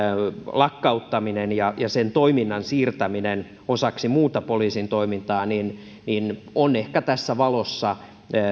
lakkauttaminen ja sen toiminnan siirtäminen osaksi muuta poliisin toimintaa on ehkä tässä valossa